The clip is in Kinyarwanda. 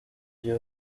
byo